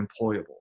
employable